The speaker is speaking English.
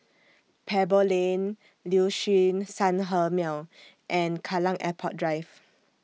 Pebble Lane Liuxun Sanhemiao and Kallang Airport Drive